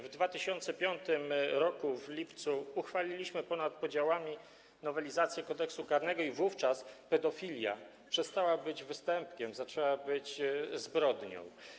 W 2005 r. w lipcu uchwaliliśmy ponad podziałami nowelizację Kodeksu karnego i wówczas pedofilia przestała być występkiem, zaczęła być zbrodnią.